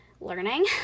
learning